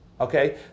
Okay